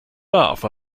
off